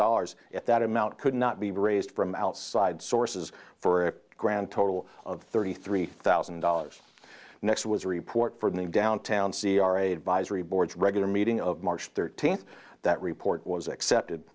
dollars if that amount could not be raised from outside sources for a grand total of thirty three thousand dollars next was a report from the downtown c r a advisory boards regular meeting of march thirteenth that report was accepted